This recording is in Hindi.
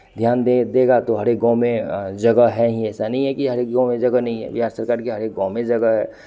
ध्यान दे देगा तो हर एक गाँव में जगह है ही ऐसा नहीं है कि हर एक गाँव में जगह नहीं है बिहार सरकार के हर एक गाँव में जगह है